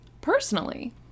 Personally